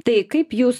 tai kaip jūs